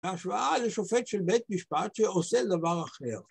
ההשוואה לשופט של בית משפט שעושה דבר אחר